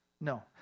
no